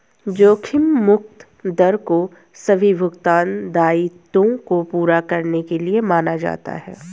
जोखिम मुक्त दर को सभी भुगतान दायित्वों को पूरा करने के लिए माना जाता है